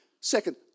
second